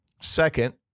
Second